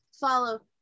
follow